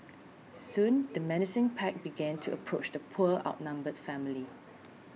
soon the menacing pack began to approach the poor outnumbered family